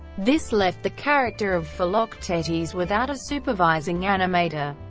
this left the character of philoctetes without a supervising animator.